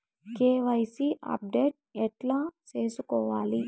KYC update ఎట్లా సేసుకోవాలి?